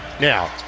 now